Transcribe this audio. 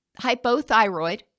hypothyroid